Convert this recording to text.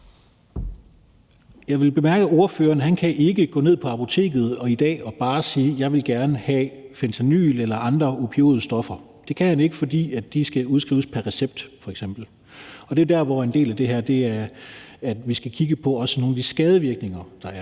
Jeg vil bemærke, at ordføreren ikke kan gå ned på apoteket i dag og bare sige: Jeg vil gerne have fentanyl eller andre opioide stoffer. Det kan han ikke, fordi de skal udskrives på recept. Og det er der, hvor en del af det her er, at vi også skal kigge på nogle af de skadevirkninger, der er,